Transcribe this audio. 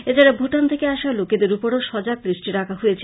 এছাড়া ভুটান থেকে আসা লোকেদের উপরও সজাগ দৃষ্টি রাখা হয়েছে